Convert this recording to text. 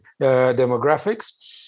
demographics